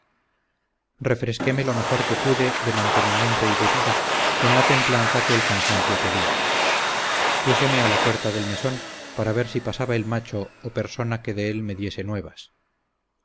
refresquéme lo mejor que pude de mantenimiento y bebida con la templanza que el cansancio pedia púseme a la puerta del mesón para ver si pasaba el macho o persona que de él me diese nuevas